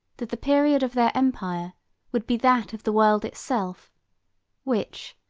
that the period of their empire would be that of the world itself which,